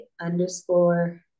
underscore